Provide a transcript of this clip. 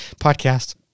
podcast